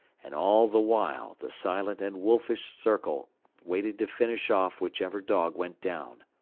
and all the while the silent and wolfish circle waited to finish off whichever dog went down.